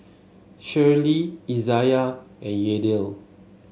Shirlee Izayah and Yadiel